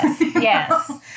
yes